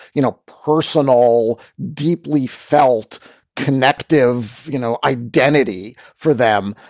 you know, personal. deeply felt collective you know identity for them.